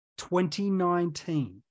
2019